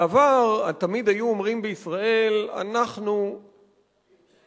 בעבר תמיד היו אומרים בישראל: אנחנו שותקים,